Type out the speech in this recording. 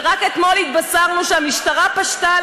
ורק אתמול התבשרנו שהמשטרה פשטה על